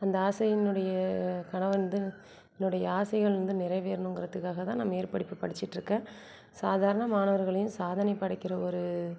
அந்த ஆசை என்னுடைய கனவு வந்து என்னுடைய ஆசைகள் வந்து நிறைவேறணுங்கிறதுக்காக தான் நான் மேற்படிப்பு படிச்சுட்டு இருக்கேன் சாதாரண மாணவர்களையும் சாதனை படைக்கிற ஒரு